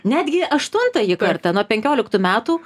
netgi aštuntąjį kartą nuo penkioliktų metų